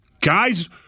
Guys